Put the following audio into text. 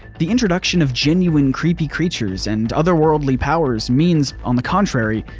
the introduction of genuine creepy creatures and otherworldly powers means on the contrary,